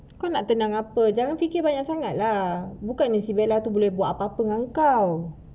kau nak tenang apa jangan fikir banyak sangat lah bukan si bella tu buat apa-apa dengan kau